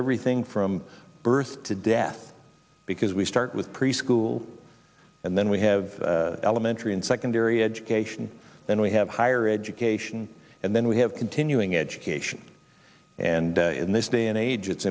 everything from birth to death because we start with preschool and then we have elementary and secondary education then we have higher education and then we have continuing education and in this day and age it's